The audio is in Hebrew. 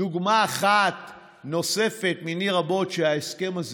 דוגמה אחת נוספת מני רבות שההסכם הזה